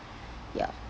ya